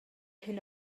hyn